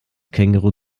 känguruh